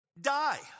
die